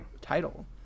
title